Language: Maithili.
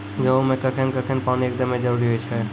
गेहूँ मे कखेन कखेन पानी एकदमें जरुरी छैय?